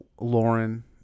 Lauren